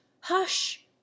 hush